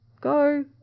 go